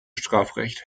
strafrecht